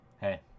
Hey